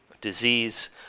disease